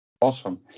Awesome